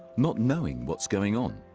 not knowing what's going on.